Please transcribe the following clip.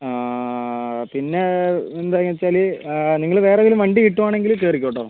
പിന്നെ എന്തായി വെച്ചാൽ നിങ്ങൾ വേറെ ഏതേലും വണ്ടി കിട്ടുവാണെങ്കിൽ കയറിക്കോട്ടോ